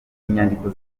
nyandiko